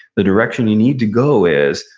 the direction you need to go is,